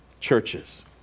churches